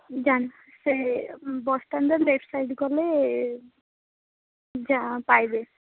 ଜାଣିନି ସେ ବସ୍ଷ୍ଟାଣ୍ଡ୍ର ଲେଫ୍ଟ୍ ସାଇଡ଼୍ ଗଲେ ଯାହା ପାଇବେ